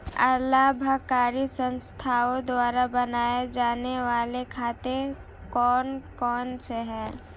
अलाभकारी संस्थाओं द्वारा बनाए जाने वाले खाते कौन कौनसे हैं?